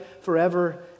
forever